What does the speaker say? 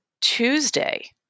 Tuesday